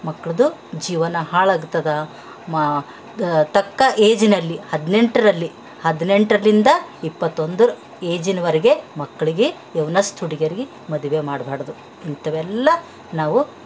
ಮಕ್ಳದ್ದು ಜೀವನ ಹಾಳಾಗ್ತದ ಮ ದ ತಕ್ಕ ಏಜಿನಲ್ಲಿ ಹದಿನೆಂಟ್ರಲ್ಲಿ ಹದಿನೆಂಟರಿಂದ ಇಪ್ಪತ್ತೊಂದರ ಏಜಿನ್ವರೆಗೆ ಮಕ್ಳಿಗೆ ಯೌವನಸ್ತ್ ಹುಡುಗ್ಯಾರ್ಗಿ ಮದುವೆ ಮಾಡಬಾಡ್ದು ಇಂಥವೆಲ್ಲಾ ನಾವು